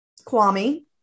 Kwame